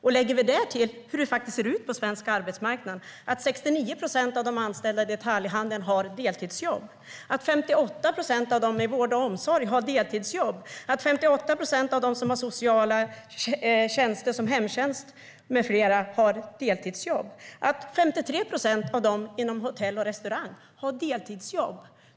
Därtill kan vi lägga hur det faktiskt ser ut på svensk arbetsmarknad: 69 procent av de anställda i detaljhandeln har deltidsjobb, 58 procent av dem i vård och omsorg har deltidsjobb, 58 procent av dem som har sociala tjänster som hemtjänst och annat har deltidsjobb och 53 procent av dem inom hotell och restaurang har deltidsjobb.